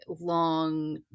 long